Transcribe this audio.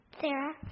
Sarah